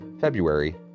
February